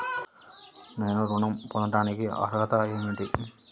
నేను ఋణం పొందటానికి అర్హత ఏమిటి?